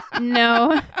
no